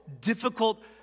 difficult